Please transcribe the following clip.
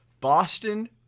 Boston